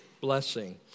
blessing